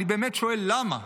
אני באמת שואל למה.